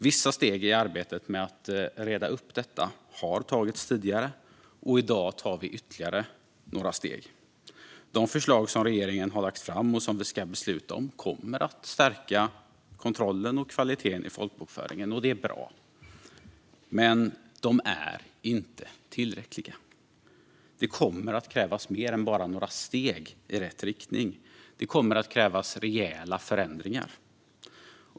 Vissa steg i arbetet med att reda upp detta har tagits tidigare, och i dag tar vi ytterligare några steg. De förslag som regeringen har lagt fram och som vi ska besluta om kommer att stärka kontrollen och kvaliteten i folkbokföringen. Det är bra, men dessa förslag är inte tillräckliga. Det kommer att krävas mer än bara några steg i rätt riktning. Det kommer att krävas rejäla förändringar.